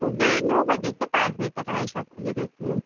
सुबह नौ बजे से पाँच बजे तक हमारी शॉप खुली रहती हैं